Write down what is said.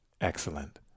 Excellent